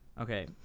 Okay